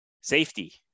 Safety